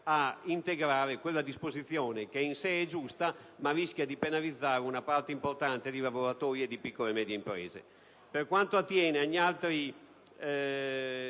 a integrare quella disposizione che in sé è giusta, ma che rischia di penalizzare una parte importante di lavoratori e di piccole e medie imprese.